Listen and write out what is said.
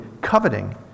coveting